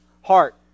heart